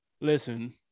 Listen